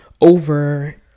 Over